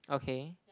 okay